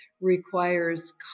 requires